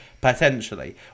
potentially